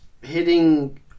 hitting